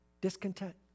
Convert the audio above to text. discontent